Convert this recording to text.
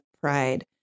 pride